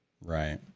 right